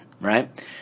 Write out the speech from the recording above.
right